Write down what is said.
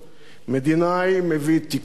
מדינאי מביא תקווה,